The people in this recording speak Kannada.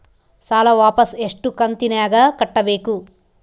ಸಾಲ ವಾಪಸ್ ಎಷ್ಟು ಕಂತಿನ್ಯಾಗ ಕಟ್ಟಬೇಕು?